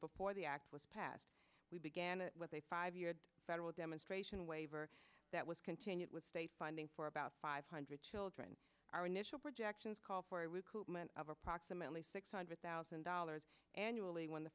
before the act was passed we began with a five year federal demonstration waiver that was continued with state funding for about five hundred children our initial projections call for a of approximately six hundred thousand dollars annually when the